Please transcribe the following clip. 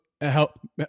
Help